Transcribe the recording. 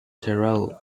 tyrol